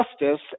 Justice